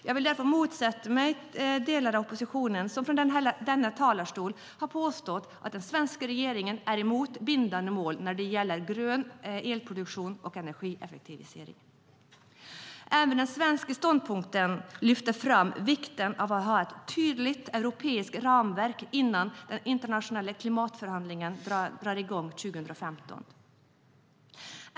Jag vill därför motsätta mig delar av oppositionen som i denna talarstol har påstått att den svenska regeringen är emot bindande mål när det gäller grön elproduktion och energieffektivisering. Även den svenska ståndpunkten lyfter fram vikten av att ha ett tydligt europeiskt ramverk innan de internationella klimatförhandlingarna drar i gång 2015.